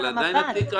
התיק עוד